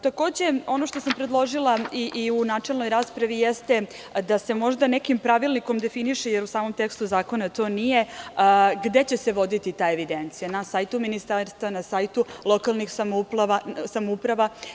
Takođe, ono što sam predložila i u načelnoj raspravi jeste da se možda nekim pravilnikom definiše, jer u samom tekstu zakona to nije, gde će se voditi ta evidencija – na sajtu ministarstva, na sajtu lokalnih samouprava.